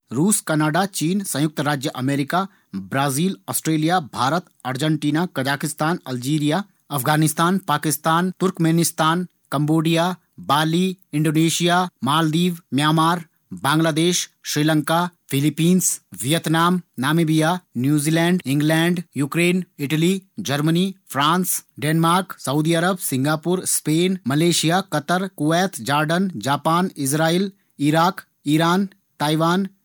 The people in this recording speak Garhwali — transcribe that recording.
रूस, कनाडा, चीन, संयुक्त राज्य America, Brazil, Australia, Bharat, Argentina, Kazakhstan, Algeria, Afghanistan, Pakistan, Turkmenistan, Cambodia, Bali, Indonesia, Maldives, Myanmar, Bangladesh, Sri Lanka, Philippines, Vietnam, Namibia, New Zealand, England, Ukraine, Italy, Germany, France, Denmark, Saudi Arab, Singapore, Spain, Malaysia, Qatar, Wales, Jordan, Japan, Israel, Iraq, Iran, Taiwan.